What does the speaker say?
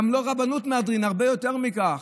גם לא רבנות, מהדרין, הרבה יותר מכך.